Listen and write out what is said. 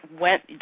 went